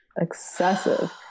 excessive